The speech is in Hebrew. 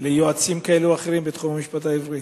ליועצים כאלה או אחרים בתחום המשפט העברי.